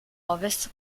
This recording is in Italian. ovest